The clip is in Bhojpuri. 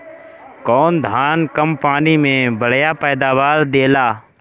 कौन धान कम पानी में बढ़या पैदावार देला?